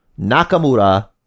Nakamura